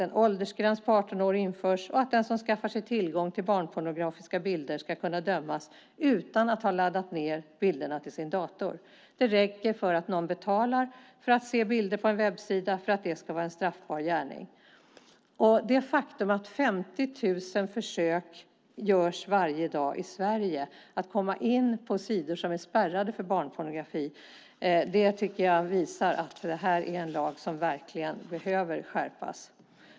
En åldersgräns på 18 år införs, och den som skaffar sig tillgång till barnpornografiska bilder ska kunna dömas utan att ha laddat ned bilderna till sin dator. Att betala för att se bilder på en webbsida räcker för att det ska vara en straffbar gärning. Det faktum att det i Sverige görs 50 000 försök varje dag att komma in på sidor som är spärrade för barnpornografi tycker jag visar att det här är en lag som verkligen behöver skärpas.